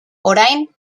orain